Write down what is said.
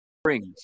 springs